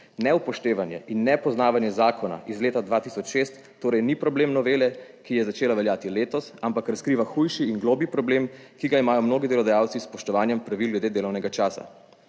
Neupoštevanje in nepoznavanje zakona iz leta 2006 torej ni problem novele, ki je začela veljati letos, ampak razkriva hujši in globlji problem, ki ga imajo mnogi delodajalci s spoštovanjem pravil glede delovnega časa.